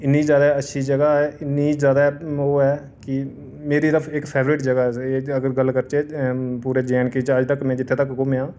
इन्नी ज्यादा अच्छी जगह ऐ इन्नी जादा ओह् ऐ कि मेरी ते इक फेवरेट जगह ऐ अगर गल्ल करचै पूरे जे एण्ड के अज्ज तक मैं जित्थे तक घूमेआं